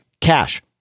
cash